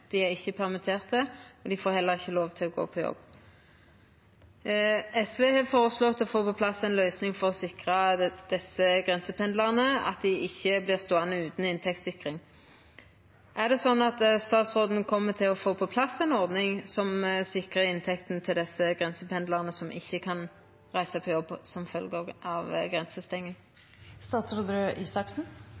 dei er ikkje sjuke, dei er ikkje permitterte, og dei får heller ikkje lov til å gå på jobb. SV har føreslått å få på plass ei løysing for å sikra desse grensependlarane, slik at dei ikkje vert ståande utan inntektssikring. Er det sånn at statsråden kjem til å få på plass ei ordning som sikrar inntekta til desse grensependlarane som ikkje kan reisa på jobb som følgje av